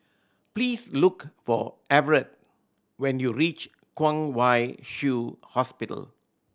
please look for Evertt when you reach Kwong Wai Shiu Hospital